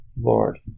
Lord